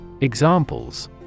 Examples